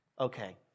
Okay